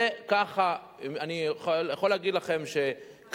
זה ככה, אני יכול להגיד לכם שכנראה,